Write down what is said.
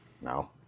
no